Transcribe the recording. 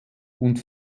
und